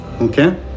Okay